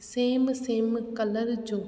same same colour जो